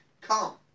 come